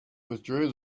withdrew